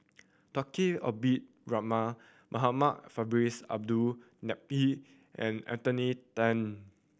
Tunku Abdul Rahman Muhamad Faisal Bin Abdul Manap and Anthony Then